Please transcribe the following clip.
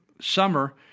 summer